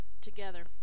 together